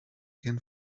again